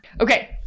Okay